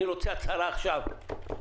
אני רוצה הצהרה בדיון,